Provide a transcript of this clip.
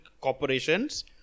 corporations